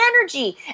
energy